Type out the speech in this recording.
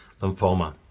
lymphoma